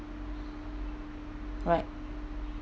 right